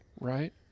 right